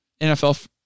NFL